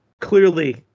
clearly